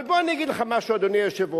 אבל בוא אני אגיד לך משהו, אדוני היושב-ראש: